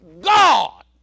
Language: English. God